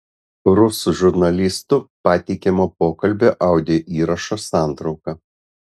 rusų žurnalistų pateikiamo pokalbio audio įrašo santrauka